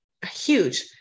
huge